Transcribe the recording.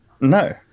No